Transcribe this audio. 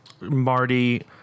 Marty